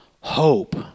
Hope